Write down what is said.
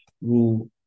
rule